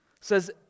says